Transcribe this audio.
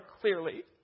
clearly